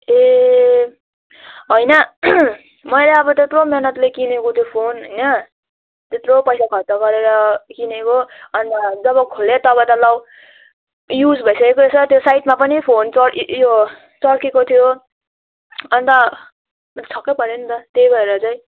ए होइन मैले अब त्यत्रो मिहिनेतले किनेको त्यो फोन होइन त्यत्रो पैसा खर्च गरेर किनेको अन्त जब खोलेँ तब त लौ युज भइसकेको रहेछ त्यो साइडमा पनि फोन च उयो चर्केको थियो अन्त म छक्कै परेँ नि त त्यही भएर चाहिँ